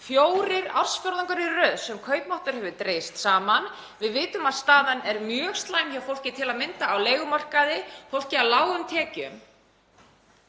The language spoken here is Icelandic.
Fjóra ársfjórðunga í röð hefur kaupmáttur dregist saman. Við vitum að staðan er mjög slæm hjá fólki, til að mynda á leigumarkaði, fólki á lágum tekjum.